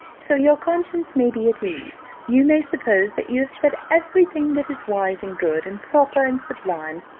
so your conscience may be at ease you may suppose that you have said every thing that is wise, and good, and proper, and sublime,